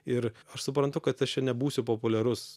ir aš suprantu kad aš čia nebūsiu populiarus